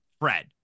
Fred